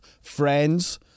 friends